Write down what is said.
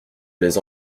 les